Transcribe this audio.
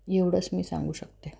एवढंच मी सांगू शकते